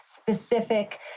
specific